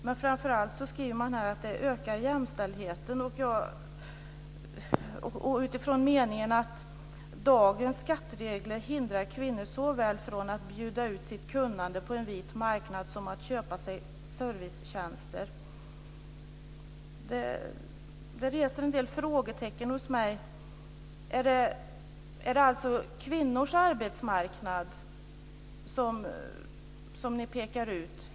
Men framför allt skriver man att det skulle öka jämställdheten, eftersom dagens skatteregler "hindrar kvinnor såväl från att bjuda ut sitt kunnande på en vit marknad som att köpa sig servicetjänster". Detta reser en del frågetecken hos mig. Är det alltså kvinnors arbetsmarknad som ni pekar ut?